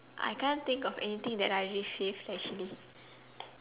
I can't think of anything that I received actually